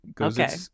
Okay